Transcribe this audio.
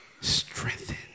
strengthen